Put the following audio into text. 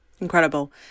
incredible